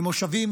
ממושבים,